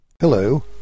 Hello